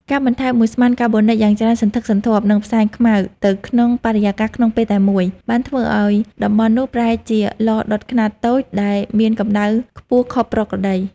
ការបន្ថែមឧស្ម័នកាបូនិចយ៉ាងច្រើនសន្ធឹកសន្ធាប់ និងផ្សែងខ្មៅ ទៅក្នុងបរិយាកាសក្នុងពេលតែមួយ បានធ្វើឱ្យតំបន់នោះប្រែជា ឡដុតខ្នាតតូច ដែលមានកម្ដៅខ្ពស់ខុសប្រក្រតី។